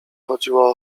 chodziło